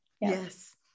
Yes